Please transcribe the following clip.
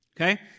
Okay